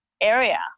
area